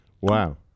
Wow